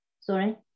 Sorry